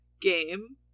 game